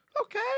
Okay